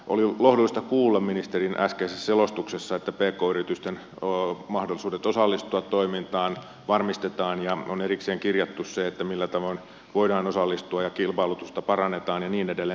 oli lohdullista kuulla ministerin äskeisestä selostuksesta että pk yritysten mahdollisuudet osallistua toimintaan varmistetaan ja on erikseen kirjattu se millä tavoin voidaan osallistua ja kilpailutusta parannetaan ja niin edelleen